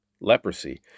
leprosy